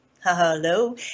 Hello